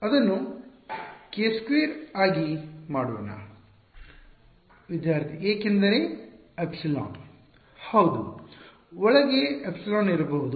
ಅದನ್ನು k2 ಆಗಿ ಮಾಡೋಣ ವಿದ್ಯಾರ್ಥಿ ಏಕೆಂದರೆ ε ಹೌದು ಒಳಗೆ ε ಇರಬಹುದು